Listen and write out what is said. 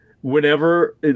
Whenever